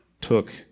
took